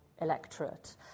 electorate